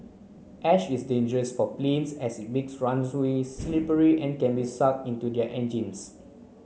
ash is dangerous for planes as it makes slippery and can be sucked into their engines